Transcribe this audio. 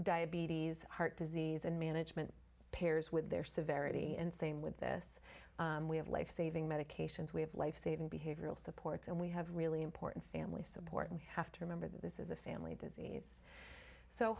diabetes heart disease and management peers with their severity and same with this way of life saving medications way of life saving behavioral supports and we have really important family support we have to remember this is a family disease so